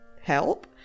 help